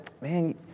man